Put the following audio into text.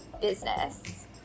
business